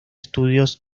estudios